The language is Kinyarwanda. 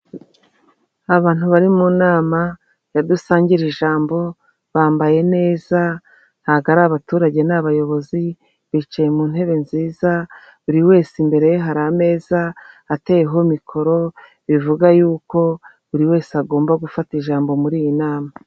Ni bantu bari mu nama ya dusangire ijambo bambaye neza ntabwo ari abaturage ni abayobozi bicaye mu ntebe nziza buri wese imbere ye hari ameza ateyeho mikoro bivuga yuko buri wese agomba gufata ijambo muri iyi nama.